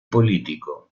político